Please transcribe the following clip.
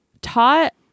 taught